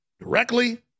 directly